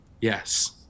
Yes